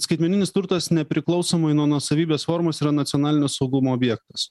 skaitmeninis turtas nepriklausomai nuo nuosavybės formos yra nacionalinio saugumo objektas